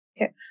Okay